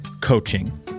coaching